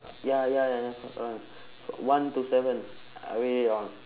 ya ya jennifer lawrence one to seven I read it all